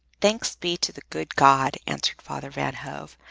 thanks be to the good god answered father van hove.